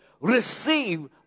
Receive